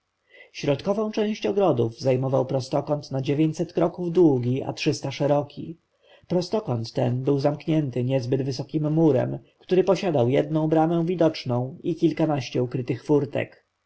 środkową część ogrodów zajmował prostokąt na dziewięćset metrów długi a trzysta szeroki prostokąt ten był zamknięty niezbyt wysokim murem który posiadał jedną bramę widoczną i kilkanaście ukrytych furtek